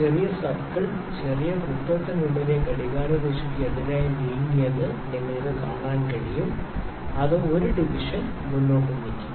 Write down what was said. ചെറിയ സർക്കിൾ ചെറിയ വൃത്തത്തിനുള്ളിലെ ഘടികാരദിശയ്ക്ക് എതിരായി നീങ്ങിയെന്ന് നിങ്ങൾക്ക് കാണാൻ കഴിയും അത് 1 ഡിവിഷൻ മുന്നോട്ട് നീക്കി